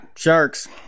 sharks